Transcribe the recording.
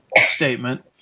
statement